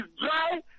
dry